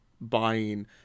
buying